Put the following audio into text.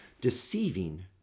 deceiving